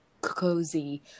cozy